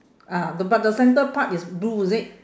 ah the but the centre part is blue is it